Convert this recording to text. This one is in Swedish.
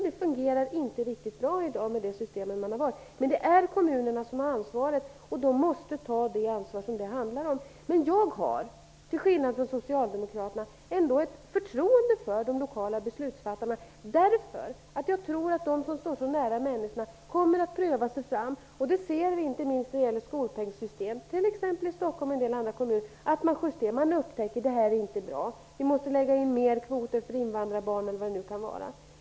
Det fungerar i dag inte riktigt bra med det system som man har valt, men det är kommunerna som har ansvaret, och de måste ta det ansvar som det handlar om. Jag har till skillnad från socialdemokraterna ett förtroende för de lokala beslutsfattarna, eftersom jag tror att de, som står så nära människorna, kommer att pröva sig fram. Vi ser också inte minst när det gäller skolpengssystemet, t.ex. i Stockholm liksom i en del andra kommuner, att man upptäcker sådant som inte är bra och justerar det. Man måste kanske lägga in fler kvoter för invandrarbarnen eller vad det kan vara.